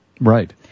Right